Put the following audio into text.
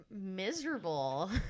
miserable